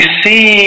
see